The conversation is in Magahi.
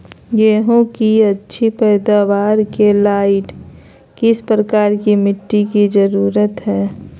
गेंहू की अच्छी पैदाबार के लाइट किस प्रकार की मिटटी की जरुरत है?